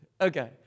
Okay